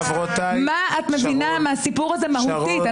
מה את מבינה מהסיפור הזה מהותית?